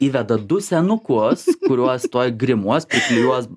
įveda du senukus kuriuos tuoj grimuos priklijuos